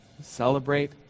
Celebrate